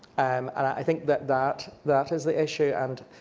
um and i think that that that is the issue. and